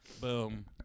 boom